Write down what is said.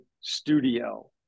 studio